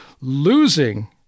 losing